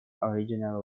originally